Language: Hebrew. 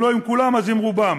אם לא עם כולם אז עם רובם,